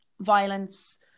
violence